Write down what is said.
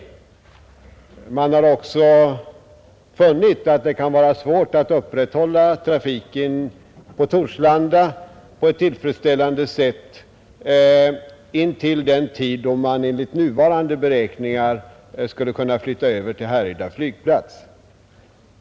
Trafikutskottet har också funnit att det kan vara svårt att upprätthålla trafiken på Torslanda på ett tillfredsställande sätt intill den tid då trafiken enligt nuvarande beräkningar skulle kunna flytta över till Härryda flygplats.